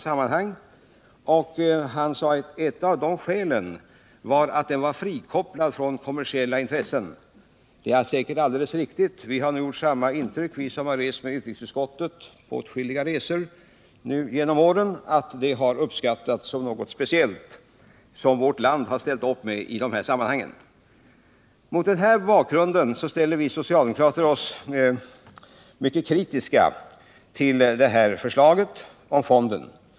Han sade att ett skäl till detta är att den svenska biståndspolitiken är frikopplad från kommersiella intressen. Det är säkert alldeles riktigt. Vi som har gjort åtskilliga resor med utrikesutskottet genom åren har fått samma intryck, nämligen att vårt lands biståndspolitik mött stor uppskattning. Mot denna bakgrund ställer vi socialdemokrater oss mycket kritiska till förslaget om industribiståndsfonden.